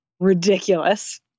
ridiculous